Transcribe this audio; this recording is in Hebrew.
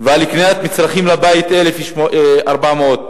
ועל קניית מצרכים לבית, 1,400 שקל.